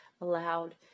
allowed